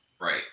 Right